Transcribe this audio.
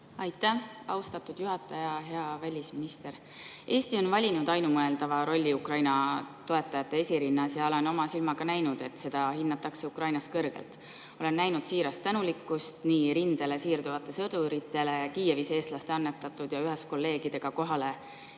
Aitäh, austatud juhataja! Hea välisminister! Eesti on valinud ainumõeldava rolli Ukraina toetajate esirinnas ja ma olen oma silmaga näinud, et seda hinnatakse Ukrainas kõrgelt. Olen näinud siirast tänulikkust nii rindele siirduvatele sõduritele Kiievis eestlaste annetatud ja ühes kolleegidega kohale